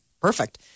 Perfect